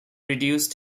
reduced